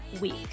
week